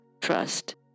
trust